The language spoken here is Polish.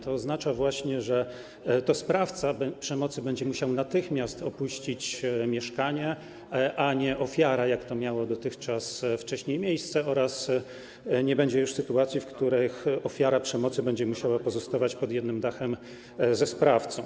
To oznacza, że to właśnie sprawca przemocy będzie musiał natychmiast opuścić mieszkanie, a nie ofiara, jak to miało miejsce dotychczas i wcześniej, oraz nie będzie już sytuacji, w których ofiara przemocy będzie musiała pozostawać pod jednym dachem ze sprawcą.